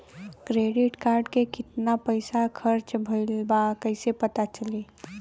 Credit card के कितना पइसा खर्चा भईल बा कैसे पता चली?